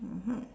mmhmm